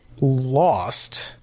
lost